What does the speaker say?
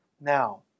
Now